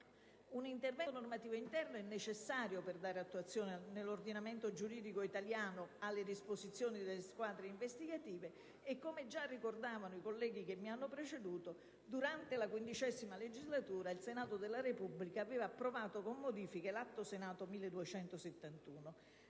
Un intervento normativo interno è necessario per dare attuazione nell'ordinamento giuridico italiano alle disposizioni sulle squadre investigative comuni: e come già hanno ricordato i colleghi che mi hanno preceduto, durante la XV legislatura il Senato della Repubblica aveva approvato con modifiche l'Atto Senato n.